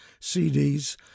CDs